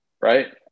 right